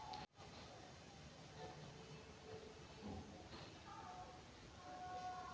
भुगतान करय ल भी पे.टी.एम का बड़ा स्तर पर उपयोग करलो जाय छै